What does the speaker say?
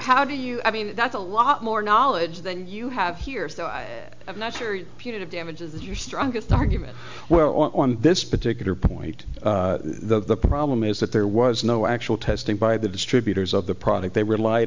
how do you i mean that's a lot more knowledge than you have here is that i'm not sure you you damages your strongest argument well on this particular point the problem is that there was no actual testing by the distributors of the product they relied